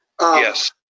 Yes